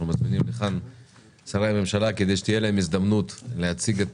מזמינים לכאן שרי ממשלה כדי שתהיה להם הזדמנות להציג את